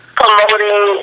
promoting